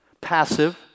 passive